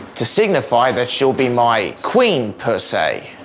to signify that she'll be my queen persay.